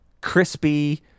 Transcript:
crispy